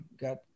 got